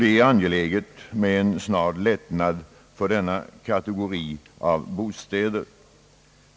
Det är angeläget med en snar lättnad för denna kategori av bostäder.